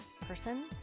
person